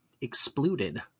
Exploded